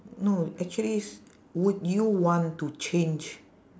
no actually is would you want to change